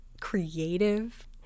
creative